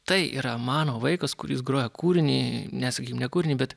tai yra mano vaikas kuris groja kūrinį ne sakykim ne kūrinį bet